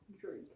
drink